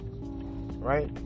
Right